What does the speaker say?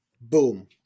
Boom